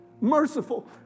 merciful